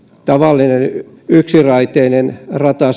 tavallinen yksiraiteinen rata